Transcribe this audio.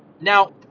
Now